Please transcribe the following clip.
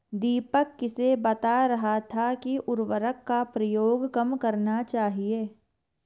दीपक किसे बता रहा था कि उर्वरक का प्रयोग कम करना चाहिए?